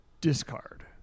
discard